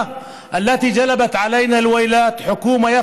המאוסה הזאת, אשר הביאה עלינו אסונות,